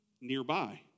nearby